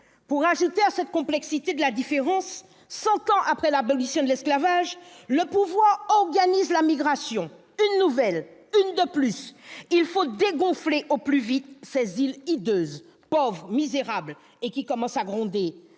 Pour rajouter à cette complexité de la différence, cent ans après l'abolition de l'esclavage, le pouvoir organise la migration, une nouvelle, une de plus. Il faut « dégonfler » au plus vite ces îles hideuses, pauvres et misérables, qui commencent à gronder.